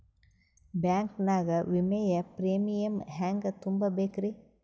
Bank ನಾಗ ವಿಮೆಯ premium ಹೆಂಗ್ ತುಂಬಾ ಬೇಕ್ರಿ?